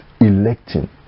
electing